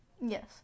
Yes